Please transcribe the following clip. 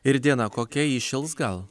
ir diena kokia ji įšils gal